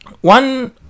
One